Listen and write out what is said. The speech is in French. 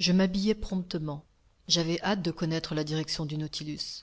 je m'habillai promptement j'avais hâte de connaître la direction du nautilus